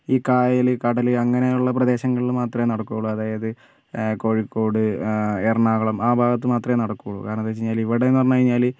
ഈ കായൽ കടൽ അങ്ങനെയുള്ള പ്രദേശങ്ങളിൽ മാത്രമേ നടക്കോളളു അതായത് ഈ കോഴിക്കോട് എറണാകുളം ആ ഭാഗത്ത് മാത്രമേ നടക്കോള്ളു കാരണെന്താച്ചു കഴിഞ്ഞാൽ ഇവിടേന്ന് പറഞ്ഞ് കഴിഞ്ഞാൽ